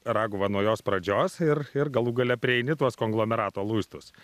raguva nuo jos pradžios ir ir galų gale prieini tuos konglomerato luistus